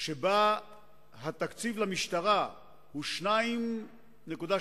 שבה התקציב למשטרה הוא 2.2%,